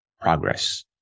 progress